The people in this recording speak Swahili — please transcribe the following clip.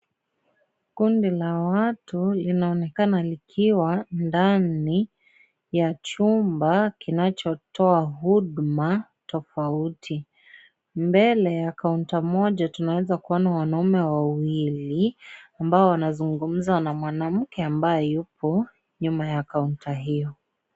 Kundi la watu linaonekana likiwa ndani ya chumba kinachotoa huduma tofauti. Mbele ya kaunta moja, tunaweza kuona wanaume wawili, ambao wanazungumza na mwanamke ambaye yupo nyuma ya kaunta hiyo.